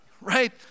right